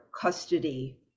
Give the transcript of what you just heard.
custody